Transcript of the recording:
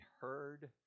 heard